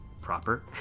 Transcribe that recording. Proper